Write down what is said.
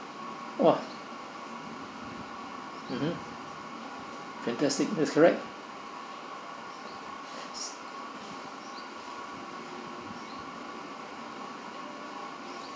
!wah! mmhmm Fantastic that's correct